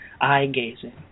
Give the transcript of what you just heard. eye-gazing